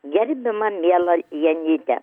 gerbiama miela janyte